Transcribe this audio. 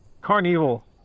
Carnival